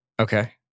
Okay